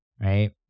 right